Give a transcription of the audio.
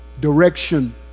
Direction